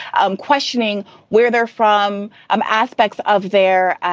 i'm questioning where they're from. i'm aspects of their